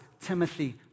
Timothy